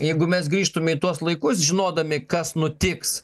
jeigu mes grįžtume į tuos laikus žinodami kas nutiks